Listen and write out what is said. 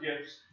gifts